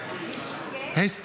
הסכת.